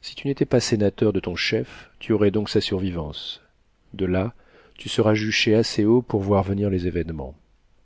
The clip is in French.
si tu n'étais pas sénateur de ton chef tu aurais donc sa survivance de là tu seras juché assez haut pour voir venir les événements